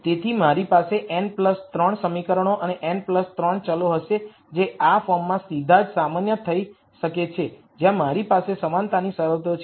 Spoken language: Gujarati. તેથી મારી પાસે n 3 સમીકરણો અને n 3 ચલો હશે જે આ ફોર્મમાં સીધા જ સામાન્ય થઈ શકે છે જ્યાં મારી પાસે સમાનતાની શરતો છે